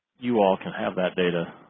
you all can have that data